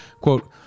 Quote